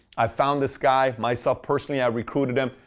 i found this guy myself personally. i recruited him.